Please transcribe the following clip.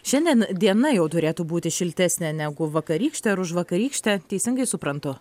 šiandien diena jau turėtų būti šiltesnė negu vakarykštė ar užvakarykštė teisingai suprantu